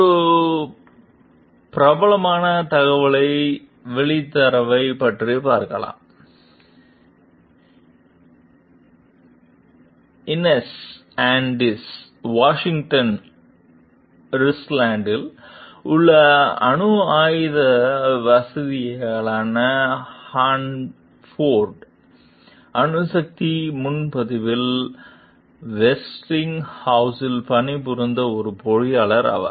ஒரு பிரபலமான தகவலை வெளித்தவரை பற்றி பார்க்கலாம் இனெஸ் ஆஸ்டின் வாஷிங்டனின் ரிச்லாண்டில் உள்ள அணு ஆயுத வசதியானவையான ஹான்போர்ட் அணுசக்தி முன்பதிவில் வெஸ்டிங்ஹவுஸால் பணிபுரிந்த ஒரு பொறியியலாளர் ஆவார்